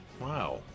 Wow